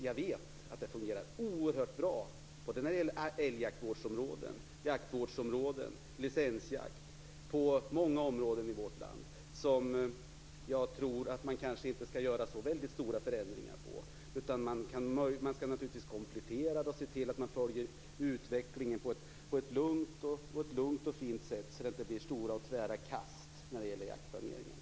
Jag vet att det fungerar oerhört bra när det gäller älgjaktvårdsområden, jaktvårdsområden och licensjakt på många områden i vårt land. Jag tror att man kanske inte skall göra så väldigt stora förändringar på dessa områden. Man skall naturligtvis komplettera och se till att man följer utvecklingen på ett lugnt och fint sätt, så att det inte blir stora kast när det gäller jaktplaneringen.